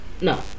no